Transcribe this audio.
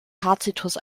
tacitus